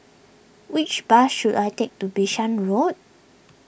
which bus should I take to Bishan Road